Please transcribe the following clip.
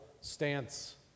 stance